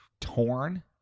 Torn